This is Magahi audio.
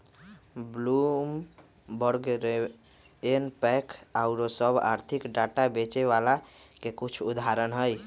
ब्लूमबर्ग, रवेनपैक आउरो सभ आर्थिक डाटा बेचे बला के कुछ उदाहरण हइ